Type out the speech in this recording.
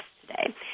today